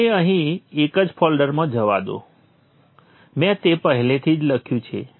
મને અહીં એ જ ફોલ્ડરમાં જવા દો મેં તે પહેલેથી જ લખ્યું છે